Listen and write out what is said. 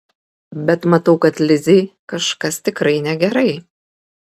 bet matau kad lizei kažkas tikrai negerai